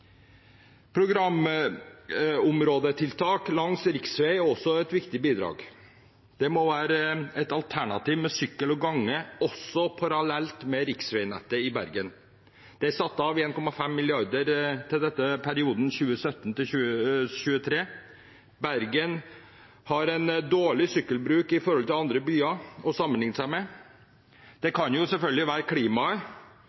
Programområdetiltak langs riksvei er også et viktig bidrag. Det må være et alternativ med sykkel og gange også parallelt med riksveinettet i Bergen. Det er satt av 1,5 mrd. kr til dette i perioden 2017–2023. Bergen har lite sykkelbruk i forhold til andre byer de kan sammenligne seg med. Det